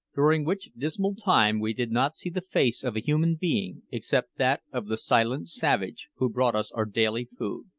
during which dismal time we did not see the face of a human being except that of the silent savage who brought us our daily food.